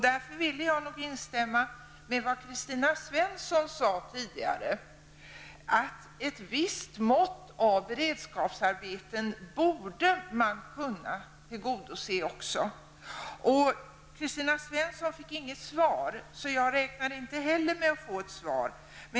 Jag vill därför instämma i vad Kristina Svensson sade tidigare. Man borde också kunna tillgodose ett visst mått av beredskapsarbeten. Kristina Svensson fick inget svar. Jag räknar inte heller med att få ett svar.